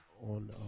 on